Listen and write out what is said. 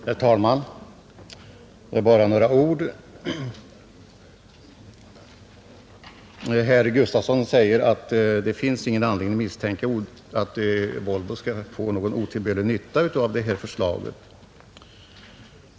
Herr talman! Bara några få ord! Herr Gustafson i Göteborg säger att det inte finns någon anledning att misstänka att Volvo skulle få någon otillbörlig nytta av det här förslaget.